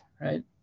right